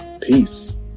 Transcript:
peace